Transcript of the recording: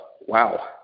wow